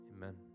Amen